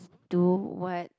do what